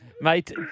Mate